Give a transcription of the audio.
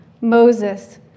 Moses